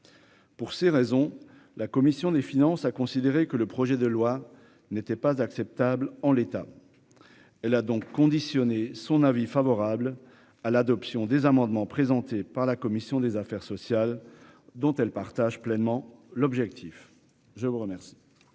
Pour ces raisons, la commission des finances, a considéré que le projet de loi n'était pas acceptable en l'état, elle a donc conditionné son avis favorable à l'adoption des amendements présentés par la commission des affaires sociales, dont elle partage pleinement l'objectif je vous remercie.